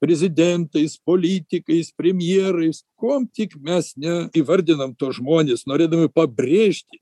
prezidentais politikais premjerais kuom tik mes neįvardinam tuos žmones norėdami pabrėžti